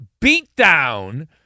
beatdown